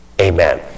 amen